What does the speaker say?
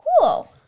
Cool